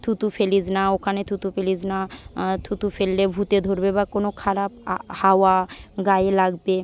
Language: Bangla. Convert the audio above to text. থুতু ফেলিস না ওখানে থুতু ফেলিস না থুতু ফেললে ভূতে ধরবে বা কোনো খারাপ আ হাওয়া গায়ে লাগবে